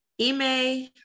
Email